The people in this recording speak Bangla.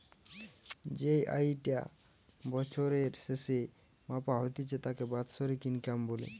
যেই আয়ি টা বছরের স্যাসে মাপা হতিছে তাকে বাৎসরিক ইনকাম বলে